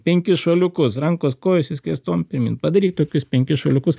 penkis šuoliukus rankos kojos išskėstom pirmyn padaryk tokius penkis šuoliukus